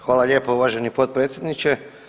Hvala lijepa uvaženi potpredsjedniče.